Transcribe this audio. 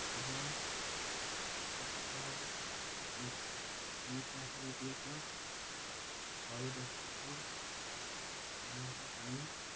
ଏବଂ ସେଠା ସେଇଟା ହେଉଛିି ଏକ ପରିଦର୍ଶକ ମାନଙ୍କ ପାଇଁ